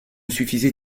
suffisait